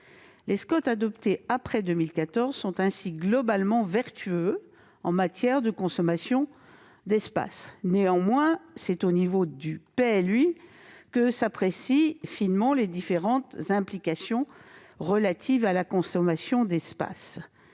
Les schémas adoptés après 2014 sont ainsi globalement vertueux en matière de consommation d'espace. Néanmoins, c'est au niveau du PLU que s'apprécient finement les différentes implications relatives à la consommation d'espace.